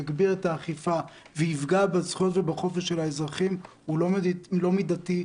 יגביר את האכיפה ויפגע בזכויות ובחופש של האזרחים הוא לא מידתי,